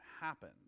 happen